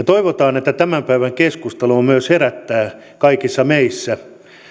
toivotaan että tämän päivän keskustelu myös herättää kaikissa meissä